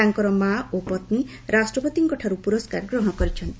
ତାଙ୍କର ମା' ଓ ପତ୍ରୀ ରାଷ୍ଟ୍ରପତିଙ୍କଠାର୍ତ ପୁରସ୍କାର ଗ୍ରହଣ କରିଛନ୍ତି